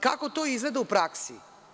Kako to izgleda u praksi?